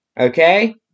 Okay